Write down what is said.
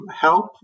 help